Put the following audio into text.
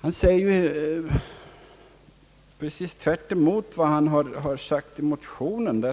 Han säger precis tvärtemot vad han har skrivit i motionen.